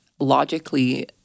logically